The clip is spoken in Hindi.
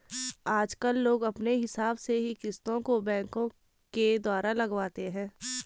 आजकल लोग अपने हिसाब से ही किस्तों को बैंकों के द्वारा लगवाते हैं